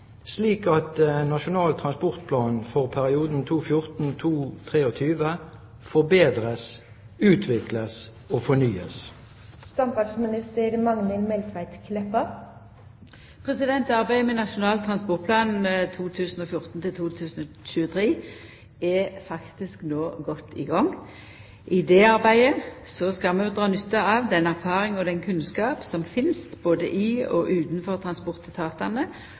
slik at Nasjonal transportplan for perioden 2014–2023 forbedres, utvikles og fornyes?» Arbeidet med Nasjonal transportplan 2014–2023 er faktisk no godt i gang. I det arbeidet skal vi dra nytte av den erfaringa og den kunnskapen som finst både i og utanfor transportetatane